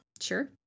Sure